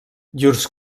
llurs